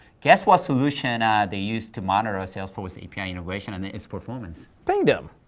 guess what solution ah they use to monitor salesforce api integration and its performance? pingdom.